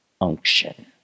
unction